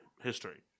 history